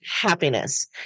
happiness